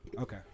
Okay